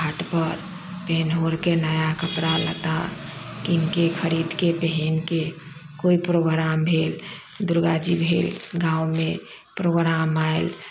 घाटपर पेन्ह ओढ़िके नया कपड़ा लत्ता किनि कए खरीदके पहिनके कोइ प्रोग्राम भेल दुर्गा जी भेल गाँवमे प्रोग्राम आयल